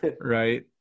Right